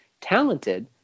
talented